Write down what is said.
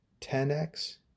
10X